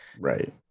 Right